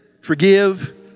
forgive